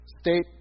state